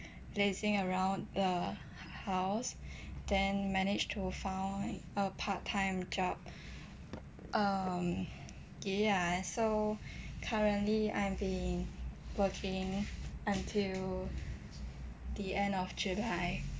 lazing around the house then managed to found a part time job um ya so currently I've been working until the end of july